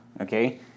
okay